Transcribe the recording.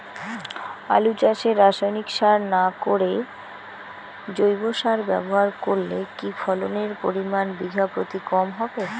আলু চাষে রাসায়নিক সার না করে জৈব সার ব্যবহার করলে কি ফলনের পরিমান বিঘা প্রতি কম হবে?